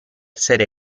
serie